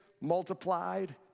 multiplied